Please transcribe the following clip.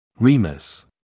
Remus